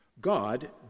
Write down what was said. God